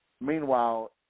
Meanwhile